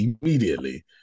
immediately